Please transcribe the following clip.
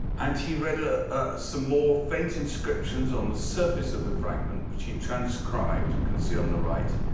and he read ah some more faint inscriptions on the surface of the fragment, which he transcribed, you can see on the right.